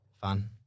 fun